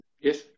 Yes